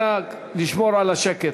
אנא לשמור על השקט.